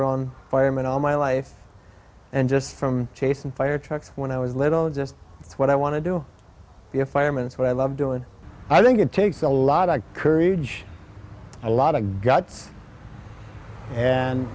around firemen all my life and just from chase and fire trucks when i was little is just what i want to do if i am and what i love doing i think it takes a lot of courage a lot of guts and